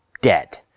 dead